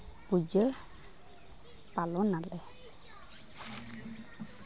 ᱯᱩᱡᱟᱹ ᱯᱟᱞᱚᱱᱟᱞᱮ